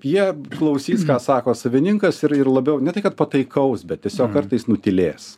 jie klausys ką sako savininkas ir ir labiau ne tai kad pataikaus bet tiesiog kartais nutylės